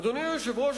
אדוני היושב-ראש,